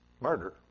murder